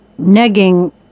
negging